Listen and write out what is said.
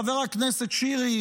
חבר הכנסת שירי,